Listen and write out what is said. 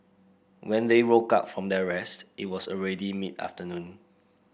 when they woke up from their rest it was already mid afternoon